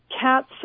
cats